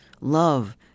love